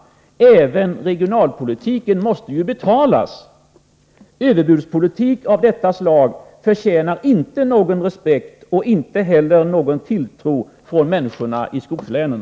Även regionalpolitiken måste ju betalas. Överbudspolitik av detta slag förtjänar inte någon respekt och inte heller någon tilltro från människorna i skogslänen.